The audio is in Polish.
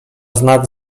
znak